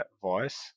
voice